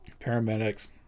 paramedics